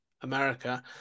America